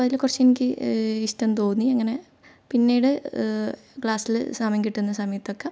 അപ്പോൾ അതിൽ കുറച്ച് എനിക്ക് ഇഷ്ടം തോന്നി അങ്ങനെ പിന്നീട് ക്ലാസ്സിൽ സമയം കിട്ടുന്ന സമയത്തൊക്കെ